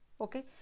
okay